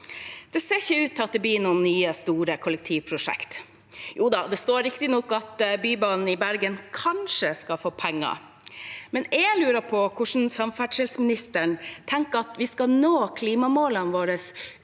Det ser ikke ut til at det blir noen nye store kollektivprosjekt. Jo da, det står riktignok at Bybanen i Bergen kanskje skal få penger, men jeg lurer på hvordan samferdselsministeren tenker at vi skal nå klimamålene våre